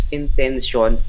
intention